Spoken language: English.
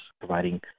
providing –